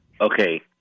Okay